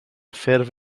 ffurf